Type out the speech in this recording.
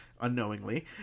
unknowingly